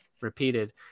repeated